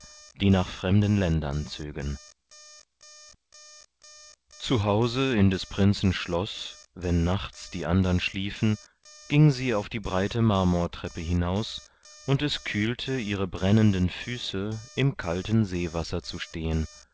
die nach fremden ländern zögen zu hause in des prinzen schloß wenn nachts die andern schliefen ging sie auf die breite marmortreppe hinaus und es kühlte ihre brennenden füße im kalten seewasser zu stehen